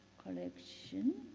collection.